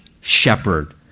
shepherd